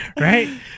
right